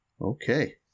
Okay